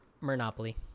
Monopoly